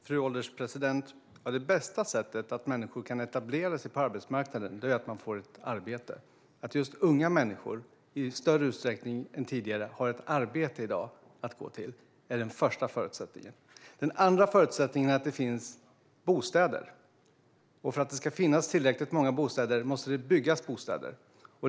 Fru ålderspresident! Det bästa sättet för människor att etablera sig på arbetsmarknaden är att de får ett arbete. Att just unga människor i större utsträckning än tidigare har ett arbete att gå till i dag är den första förutsättningen. Den andra förutsättningen är att det finns bostäder. Och för att det ska finnas tillräckligt med bostäder måste det byggas bostäder.